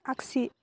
आग्सि